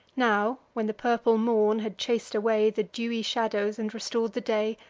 now, when the purple morn had chas'd away the dewy shadows, and restor'd the day,